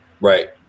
Right